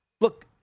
Look